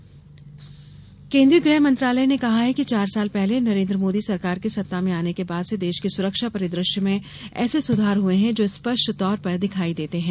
गृह मंत्रालय सुरक्षा केन्द्रीय गृह मंत्रालय ने कहा है कि चार साल पहले नरेन्द्र मोदी सरकार के सत्ता में आने के बाद से देश के सुरक्षा परिदृश्य में ऐसे सुधार हुए हैं जो स्पष्ट तौर पर दिखाई देते हैं